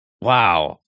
Wow